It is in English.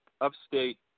Upstate